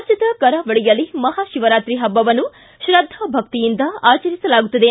ರಾಜ್ಯದ ಕರಾವಳಿಯಲ್ಲಿ ಮಹಾ ಶಿವರಾತ್ರಿ ಹಬ್ಬವನ್ನು ಶ್ರದ್ದಾ ಭಕ್ತಿಯಿಂದ ಆಚರಿಸಲಾಗುತ್ತದೆ